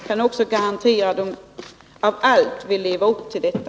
Jag kan garantera att de helst av allt vill leva upp till detta.